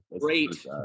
great